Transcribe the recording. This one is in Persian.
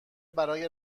برای